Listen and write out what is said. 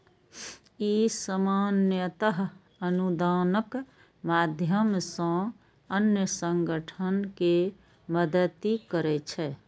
ई सामान्यतः अनुदानक माध्यम सं अन्य संगठन कें मदति करै छै